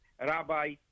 Rabbi